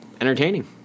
entertaining